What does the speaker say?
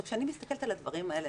כשאני מסתכלת על הדברים האלה,